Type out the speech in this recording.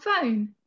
phone